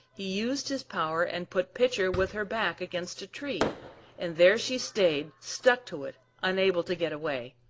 he used his power, and put pitcher with her back against a tree and there she stayed, stuck to it, unable to get away.